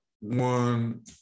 one